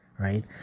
Right